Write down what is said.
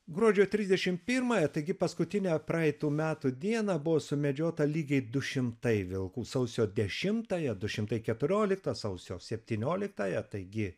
gruodžio trisdešimt pirmąją taigi paskutinę praeitų metų dieną buvo sumedžiota lygiai du šimtai vilkų sausio dešimtąją du šimtai keturioliktą sausio septynioliktąją taigi